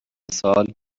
سال